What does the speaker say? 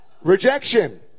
rejection